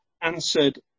answered